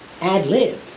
ad-lib